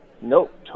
Nope